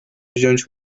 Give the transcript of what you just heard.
wziąć